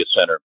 center